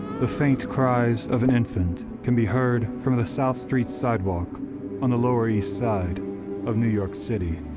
the faint cries of an infant can be heard from the south street sidewalk on the lower east side of new york city.